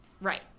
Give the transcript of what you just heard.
right